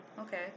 okay